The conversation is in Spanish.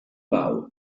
pau